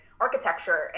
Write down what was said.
architecture